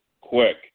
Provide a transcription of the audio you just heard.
quick